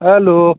hello